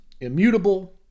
immutable